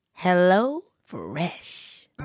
HelloFresh